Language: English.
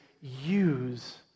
use